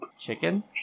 Chicken